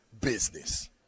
business